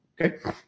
Okay